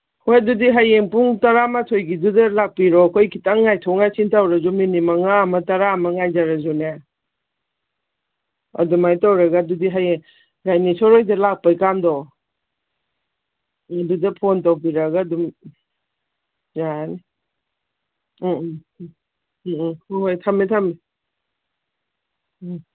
ꯍꯣꯏ ꯑꯗꯨꯗꯤ ꯍꯌꯦꯡ ꯄꯨꯡ ꯇꯔꯥꯃꯥꯊꯣꯏꯒꯤꯗꯨꯗ ꯂꯥꯛꯄꯤꯔꯣ ꯑꯩꯈꯣꯏ ꯈꯤꯇꯪ ꯉꯥꯏꯊꯣꯛ ꯉꯥꯏꯁꯤꯟ ꯇꯧꯔꯁꯨ ꯃꯤꯅꯤꯠ ꯃꯉꯥ ꯑꯃ ꯇꯔꯥ ꯑꯃ ꯉꯥꯏꯖꯔꯁꯨꯅꯦ ꯑꯗꯨꯃꯥꯏ ꯇꯧꯔꯒ ꯑꯗꯨꯗꯤ ꯍꯌꯦꯡ ꯒꯥꯏꯅꯦꯁꯣꯔ ꯍꯣꯏꯗ ꯂꯥꯛꯄꯩ ꯀꯥꯟꯗꯣ ꯑꯗꯨꯗ ꯐꯣꯟ ꯇꯧꯕꯤꯔꯛꯑꯒ ꯑꯗꯨꯝ ꯌꯥꯔꯅꯤ ꯎꯝ ꯎꯝ ꯎꯝ ꯎꯝ ꯍꯣꯏ ꯍꯣꯏ ꯊꯝꯃꯦ ꯊꯝꯃꯦ ꯎꯝ